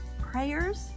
Prayers